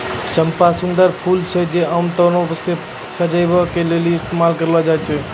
चंपा सुंदर फूल छै जे आमतौरो पे सजाबै के लेली इस्तेमाल करलो जाय छै